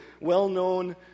well-known